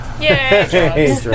Yay